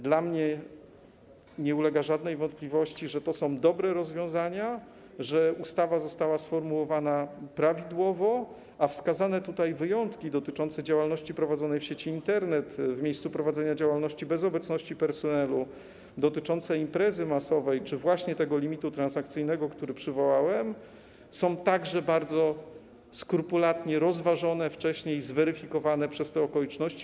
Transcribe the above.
Dla mnie nie ulega żadnej wątpliwości, że to są dobre rozwiązania, że ustawa została sformułowana prawidłowo, a wskazane tutaj wyjątki dotyczące działalności prowadzonej w sieci Internet, w miejscu prowadzenia działalności bez obecności personelu, dotyczące imprezy masowej czy właśnie tego limitu transakcyjnego, który przywołałem, zostały także bardzo skrupulatnie wcześniej rozważone i zweryfikowane przez te okoliczności.